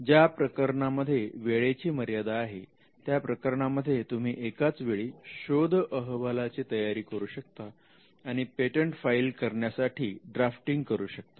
ज्या प्रकरणांमध्ये वेळेची मर्यादा आहे त्या प्रकरणांमध्ये तुम्ही एकाच वेळी शोध अहवालाची तयारी करू शकता आणि पेटंट फाईल करण्यासाठी ड्राफ्टिंग करू शकता